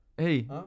Hey